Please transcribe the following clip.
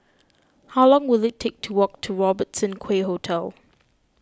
how long will it take to walk to Robertson Quay Hotel